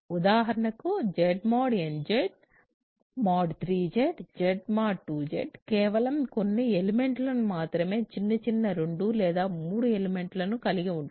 ఉదాహరణకు Z mod nZ mod 3Z Z mod 2Z కేవలం కొన్ని ఎలిమెంట్లను మాత్రమే చిన్న చిన్న 2 లేదా 3 ఎలిమెంట్లను కలిగి ఉంటుంది